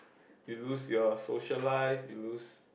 you lose your social life you lose